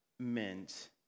Meant